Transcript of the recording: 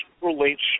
relates